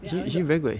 then I went to